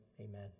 Amen